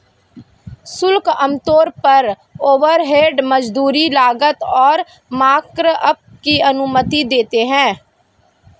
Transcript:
शुल्क आमतौर पर ओवरहेड, मजदूरी, लागत और मार्कअप की अनुमति देते हैं